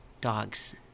dogs